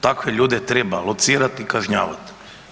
Takve ljude treba locirati i kažnjavat.